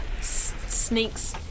Sneaks